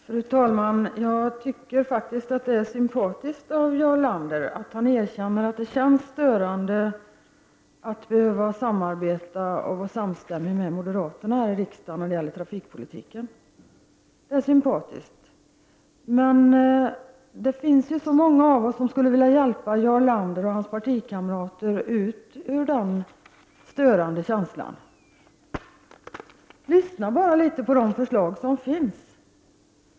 Fru talman! Det är sympatiskt att Jarl Lander erkänner att det känns störande att behöva samarbeta och vara samstämmig med moderaterna här i riksdagen när det gäller trafikpolitiken. Men vi är ju många här som skulle vilja hjälpa Jarl Lander och hans partikamrater att få bort den störande känslan. Lyssna bara på de förslag som finns!